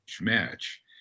match